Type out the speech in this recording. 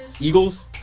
Eagles